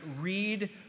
read